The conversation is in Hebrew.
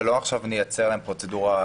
ולא עכשיו נייצר להם פרוצדורה.